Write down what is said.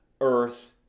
earth